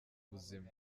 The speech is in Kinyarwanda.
buzima